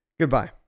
Goodbye